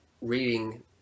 reading